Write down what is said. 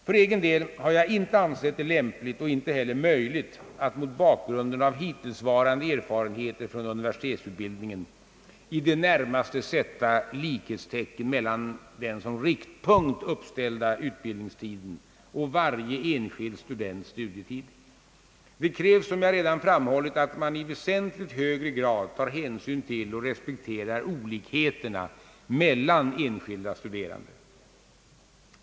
För egen del har jag inte ansett det lämpligt och inte heller möjligt att mot bakgrunden av hittillsvarande erfarenheter från universitetsutbildningen i det närmaste sätta likhetstecken mellan den som riktpunkt uppställda utbildningstiden och varje enskild students studietid. Det krävs, som jag redan framhållit, att man i väsentligt högre grad tar hänsyn till och respekterar olikheterna mellan enskilda studerande.